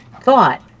thought